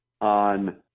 on